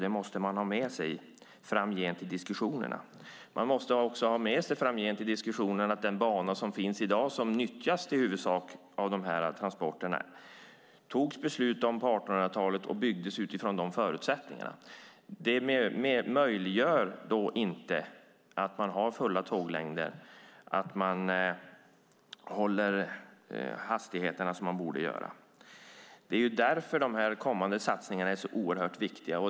Det måste man ha med sig framgent i diskussionerna. Man måste också ha med sig i diskussionerna att den bana som finns i dag, som i huvudsak nyttjas till dessa transporter, fattade man beslut om på 1800-talet, och den byggdes utifrån de förutsättningarna. Det möjliggör inte att man har fulla tånglängder och håller de hastigheter som man borde göra. Det är därför de kommande satsningarna är så oerhört viktiga.